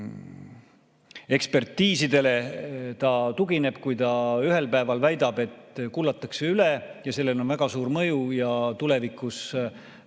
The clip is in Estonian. ekspertiisidele ta tugineb, kui ta ühel päeval väidab, et kullatakse üle ja sellel on väga suur mõju ja tulevikus